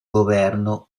governo